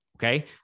Okay